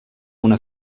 una